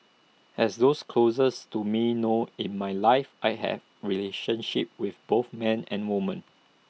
as those closest to me know in my life I have relationships with both men and woman